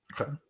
okay